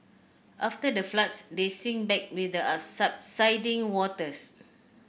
after the floods they sink back with the subsiding waters